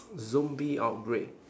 zombie outbreak